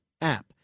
app